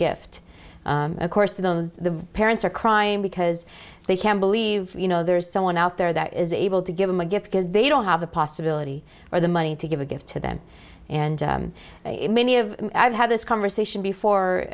gift of course to the parents are crying because they can't believe you know there is so one out there that is able to give them a gift because they don't have the possibility or the money to give a gift to them and many of them had this conversation before